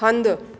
हंधि